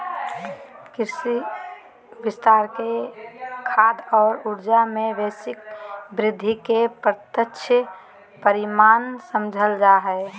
कृषि विस्तार के खाद्य और ऊर्जा, में वैश्विक वृद्धि के प्रत्यक्ष परिणाम समझाल जा हइ